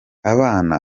abana